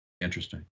interesting